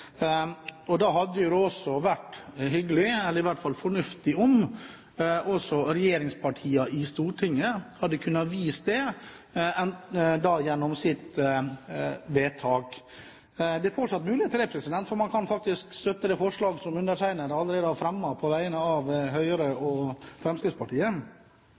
Da hadde det vært fornuftig om også regjeringspartiene i Stortinget hadde kunnet vise det gjennom sitt forslag til vedtak. Det er fortsatt mulighet til det, for man kan støtte det forslaget som undertegnede allerede har fremmet på vegne av Høyre og Fremskrittspartiet.